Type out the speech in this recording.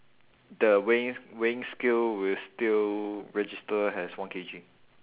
the weighing s~ weighing scale will still register as one K_G